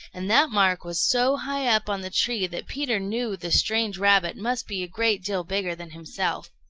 and that mark was so high up on the tree that peter knew the strange rabbit must be a great deal bigger than himself.